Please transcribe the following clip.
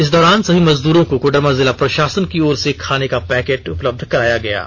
इस दौरान सभी मजदूरों को कोडरमा जिला प्रषासन की ओर से खाने का पैकेट उपलब्ध कराया गया है